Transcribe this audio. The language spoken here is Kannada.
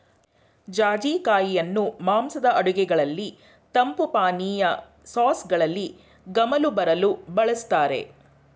ಜಾಜಿ ಕಾಯಿಯನ್ನು ಮಾಂಸದ ಅಡುಗೆಗಳಲ್ಲಿ, ತಂಪು ಪಾನೀಯ, ಸಾಸ್ಗಳಲ್ಲಿ ಗಮಲು ಬರಲು ಬಳ್ಸತ್ತರೆ